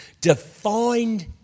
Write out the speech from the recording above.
defined